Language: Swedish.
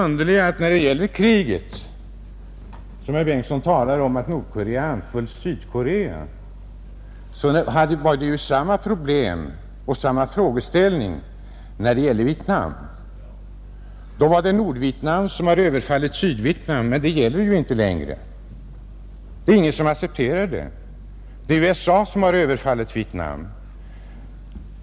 När det gäller kriget talar herr Bengtson om att Nordkorea anföll Sydkorea — underligt nog föreligger samma problem och samma frågeställning beträffande Vietnam. I det sammanhanget ansågs det vara Nordvietnam som hade överfallit Sydvietnam — men det gäller inte längre. Det är ingen som accepterar det, utan det är USA som har överfallit Vietnam.